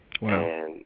Wow